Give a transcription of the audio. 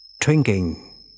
drinking